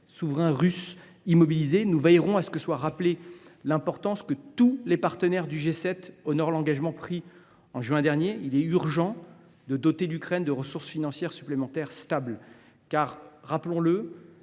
souverains russes immobilisés. Nous veillerons à ce que soit rappelée l’importance que tous les partenaires du G7 honorent l’engagement pris en juin dernier. Il est urgent de doter l’Ukraine de ressources financières supplémentaires stables, car – rappelons le